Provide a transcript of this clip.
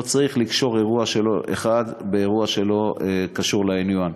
לא צריך לקשור אירוע אחד באירוע שלא קשור לעניין.